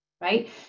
right